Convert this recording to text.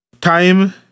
Time